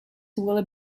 will